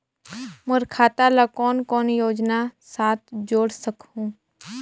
मोर खाता ला कौन कौन योजना साथ जोड़ सकहुं?